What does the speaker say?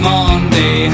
Monday